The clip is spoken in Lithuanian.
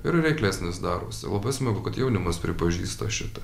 ir reiklesnis darosi labai smagu kad jaunimas pripažįsta šitą